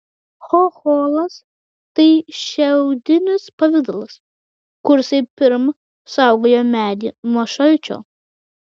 chocholas tai šiaudinis pavidalas kursai pirm saugojo medį nuo šalčio